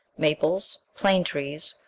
maples, plane-trees,